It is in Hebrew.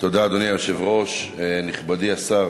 אדוני היושב-ראש, תודה, נכבדי השר,